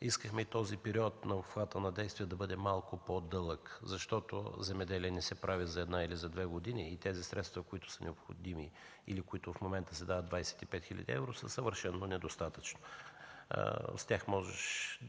искахме и този период на обхвата на действие да бъде малко по-дълъг, защото земеделие не се прави за една или две години. И тези средства, които са необходими или които в момента се дават – 25 хил. евро, са съвършено недостатъчни. С тях можеш